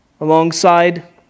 alongside